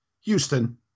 Houston